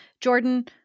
Jordan